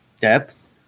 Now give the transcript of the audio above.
depth